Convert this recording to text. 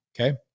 Okay